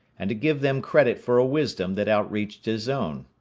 and to give them credit for a wisdom that outreached his own.